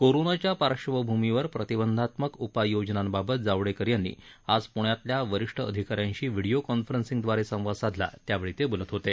कोरोनाच्या पार्श्वभूमीवर प्रतिबंधात्मक उपाययोजनांबाबत जावडेकर यांनी आज प्ण्यातल्या वरिष्ठ अधिका यांशी व्हिडियो कॉन्फरन्सिंगदवारे संवाद साधला त्यावेळी ते बोलत होते